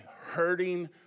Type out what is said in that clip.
hurting